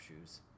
shoes